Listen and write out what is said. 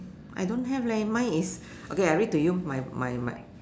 I don't have leh mine is okay I read to you my my my